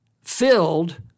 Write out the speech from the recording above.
filled